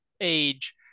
age